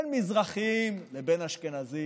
בין מזרחים לבי אשכנזים,